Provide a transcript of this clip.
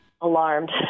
alarmed